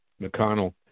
McConnell